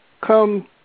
come